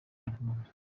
nyarwanda